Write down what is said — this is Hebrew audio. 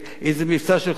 אם זה מבצע של חודש,